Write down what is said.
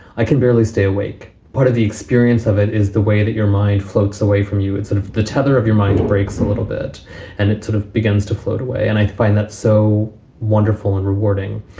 i can barely stay awake. part of the experience of it is the way that your mind floats away from you. it's sort of the tether of your mind breaks a little bit and it sort of begins to float away. and i find that so wonderful and rewarding.